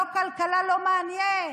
לא כלכלה, לא מעניין,